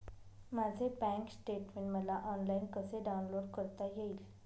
माझे bank statement मला online कसे डाउनलोड करता येईल?